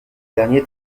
dernier